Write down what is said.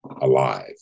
alive